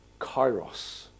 kairos